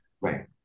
right